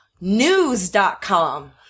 News.com